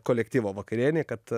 kolektyvo vakarienei kad